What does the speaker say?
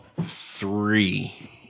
three